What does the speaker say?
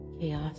chaos